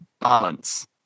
balance